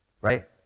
right